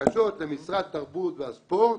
בקשות למשרד התרבות והספורט.